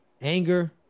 anger